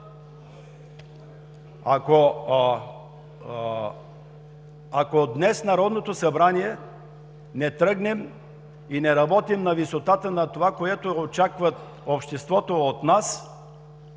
Ако днес Народното събрание не тръгне и не работи на висотата на това, което очаква обществото от нас